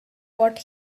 what